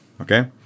Okay